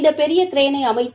இந்த பெரிய கிரேனை அமைத்து